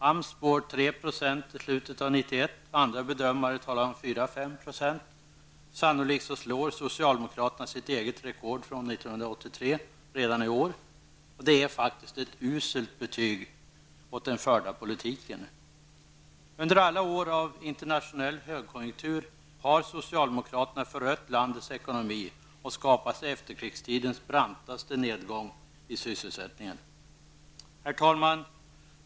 AMS spår 3 % i slutet av 1991, andra bedömare talar om 4 och 5 %. Sannolikt slår socialdemokraterna sitt eget rekord från 1983 redan i år. Det är faktiskt ett uselt betyg åt den förda politiken. Under alla år av internationell högkonjunktur har socialdemokraterna förött landets ekonomi och skapat efterkrigstidens brantaste nedgång i sysselsättningen. Herr talman!